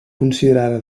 considerada